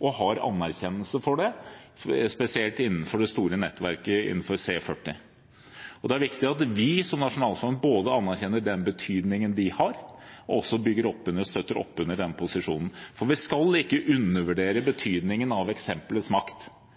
og får anerkjennelse for det, spesielt innenfor det store nettverket C40. Det er viktig at vi som nasjonalforsamling både anerkjenner den betydningen de har, og også bygger opp under og støtter opp under den posisjonen. Vi skal ikke undervurdere betydningen av eksemplets makt.